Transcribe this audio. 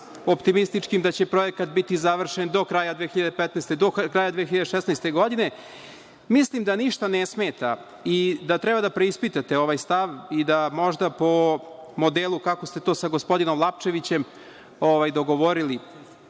optimističkim da će projekat biti završen do kraja 2015, do kraja 2016. godine. Mislim da ništa ne smeta i da treba da preispitate ovaj stav i da možda po modelu kako ste to sa gospodinom Lapčevićem dogovorili,